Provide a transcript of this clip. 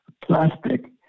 plastic